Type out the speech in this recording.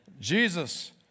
Jesus